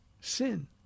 sin